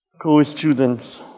co-students